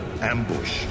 ambush